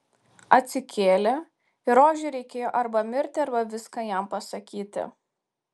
atsikėlė ir rožei reikėjo arba mirti arba viską jam pasakyti